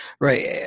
right